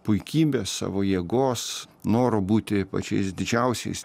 puikybės savo jėgos noro būti pačiais didžiausiais